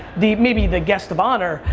the maybe the guest of honor,